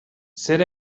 zer